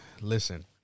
Listen